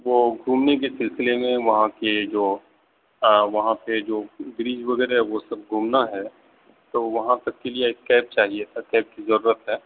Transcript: وہ گھومنے کے سلسلے میں وہاں کی جو وہاں پہ جو بریج وغیرہ ہے وہ سب گھومنا ہے تو وہاں تک کے لیے ایک کیب چاہیے تھا کیب کی ضرورت ہے